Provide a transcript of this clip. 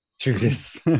Judas